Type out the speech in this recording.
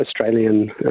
Australian